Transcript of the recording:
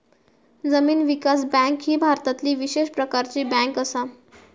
जमीन विकास बँक ही भारतातली विशेष प्रकारची बँक असा